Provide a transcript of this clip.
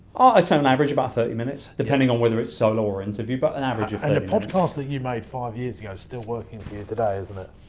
i say on average, about thirty minutes, depending on whether it's solo or interview, but an average of podcast that you made five years ago still working for you today, isn't it?